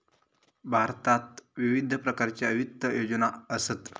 भारतात विविध प्रकारच्या वित्त योजना असत